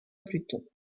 pluton